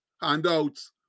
handouts